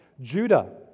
Judah